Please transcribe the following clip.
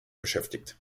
beschäftigt